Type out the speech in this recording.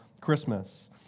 Christmas